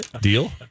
deal